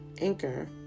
Anchor